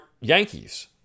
Yankees